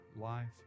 life